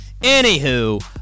Anywho